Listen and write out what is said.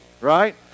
Right